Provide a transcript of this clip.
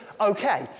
okay